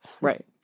right